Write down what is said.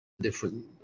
different